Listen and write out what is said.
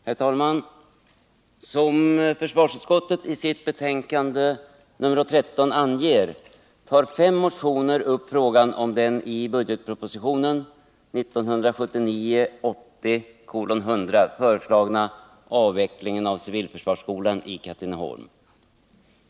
Herr talman! I försvarsutskottets betänkande nr 13 behandlas fem motioner om den i budgetproposition 1979/80:100 föreslagna avvecklingen av civilförsvarsskolan i Katrineholm.